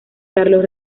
carlos